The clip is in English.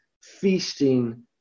feasting